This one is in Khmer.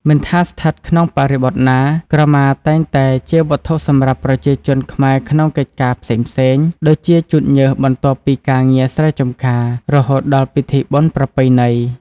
មិនថាស្ថិតក្នុងបរិបទណា ក្រមាតែងតែជាវត្ថុសម្រាប់ប្រជាជនខ្មែរក្នុងកិច្ចការផ្សេងៗ ដូចជាជូតញើសបន្ទាប់ពីការងារស្រែចម្ការរហូតដល់ពិធីបុណ្យប្រពៃណី។